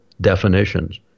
definitions